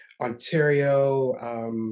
Ontario